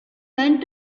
went